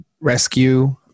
rescue